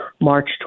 March